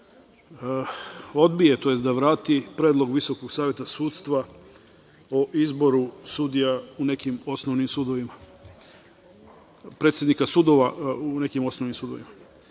da odbije, tj. da vrati predlog Visokog saveta sudstva o izboru sudija u nekim osnovnim sudovima, predsednika sudova u nekim osnovnim sudovima.